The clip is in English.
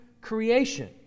creation